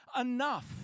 enough